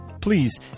please